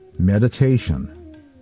Meditation